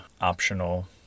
optional